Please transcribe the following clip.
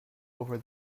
over